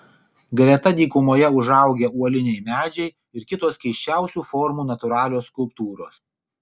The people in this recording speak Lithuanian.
greta dykumoje užaugę uoliniai medžiai ir kitos keisčiausių formų natūralios skulptūros